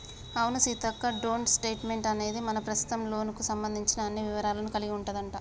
అవును సీతక్క డోంట్ స్టేట్మెంట్ అనేది మన ప్రస్తుత లోన్ కు సంబంధించిన అన్ని వివరాలను కలిగి ఉంటదంట